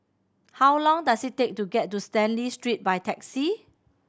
how long does it take to get to Stanley Street by taxi